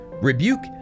rebuke